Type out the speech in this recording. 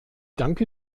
danke